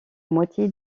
moitié